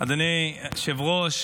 --- אדוני היושב-ראש,